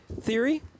Theory